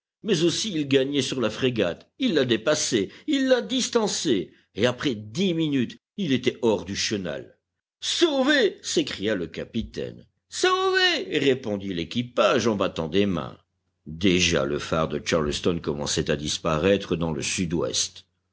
mais aussi il gagnait sur la frégate il la dépassait il la distançait et après dix minutes il était hors du chenal sauvés s'écria le capitaine sauvés répondit l'équipage en battant des mains déjà le phare de charleston commençait à disparaître dans le sud-ouest